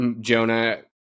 Jonah